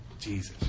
Jesus